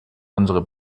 unsere